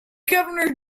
governor